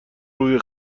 روی